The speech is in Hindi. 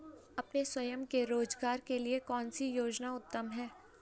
अपने स्वयं के रोज़गार के लिए कौनसी योजना उत्तम है?